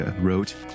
wrote